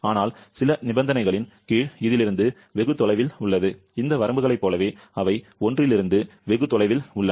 ஆனால் சில நிபந்தனைகளின் கீழ் இதிலிருந்து வெகு தொலைவில் உள்ளது இந்த வரம்புகளைப் போலவே அவை 1 இலிருந்து வெகு தொலைவில் உள்ளன